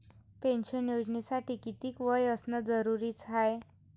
Pension योजनेसाठी कितीक वय असनं जरुरीच हाय?